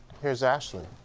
here's ashley.